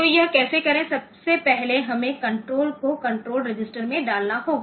तो यह कैसे करें सबसे पहले हमें कंट्रोल को कंट्रोल रजिस्टर में डालना होगा